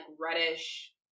reddish